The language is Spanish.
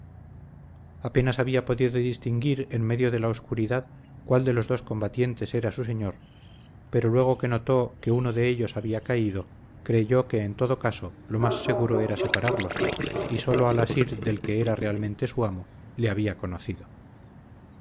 apenas había podido distinguir en medio de la oscuridad cuál de los dos combatientes era su señor pero luego que notó que uno de ellos había caído creyó que en todo caso lo más seguro era separarlos y sólo al asir del que era realmente su amo le había conocido